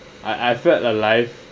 I I felt alive